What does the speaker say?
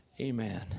Amen